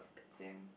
same